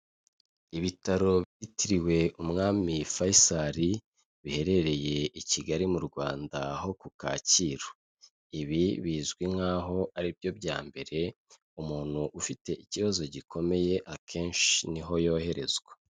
Ibitaro byitiriwe Umwami Faisal, biherereye i Kigali mu Rwanda ho ku Kacyiru. Ibi bizwi nkaho ari byo bya mbere, umuntu ufite ikibazo gikomeye akenshi ni ho yoherezwa.